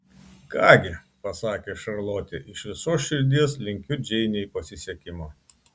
ką gi pasakė šarlotė iš visos širdies linkiu džeinei pasisekimo